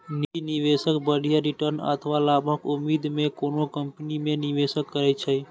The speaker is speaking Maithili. निजी निवेशक बढ़िया रिटर्न अथवा लाभक उम्मीद मे कोनो कंपनी मे निवेश करै छै